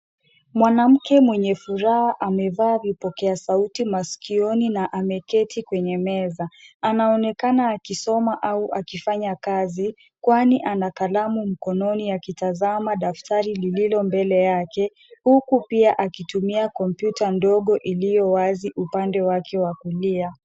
Mwanamke mwenye furaha amevaa vipokea sauti masikioni na ameketi kwenye meza. Anaonekana akisoma au akifanya kazi kwani ana kalamu mkononi akitazama daftari lililo mbele yake huku pia akitumia kompyuta ndogo iliowazi upande wake wa kulia.